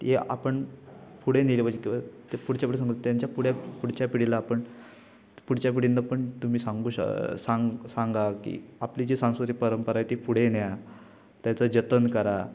ते आपण पुढे नेलं पाहिजे किंवा ते पुढच्या पिढी सांगू त्यांच्या पुढे पुढच्या पिढीला आपण पुढच्या पिढीना पण तुम्ही सांगू श सांग सांगा की आपली जी सांस्कृतिक परंपरा आहे ती पुढे न्या त्याचं जतन करा